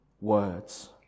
words